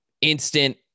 instant